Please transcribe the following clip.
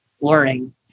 learning